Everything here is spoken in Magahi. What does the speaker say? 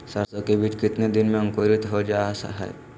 सरसो के बीज कितने दिन में अंकुरीत हो जा हाय?